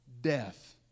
death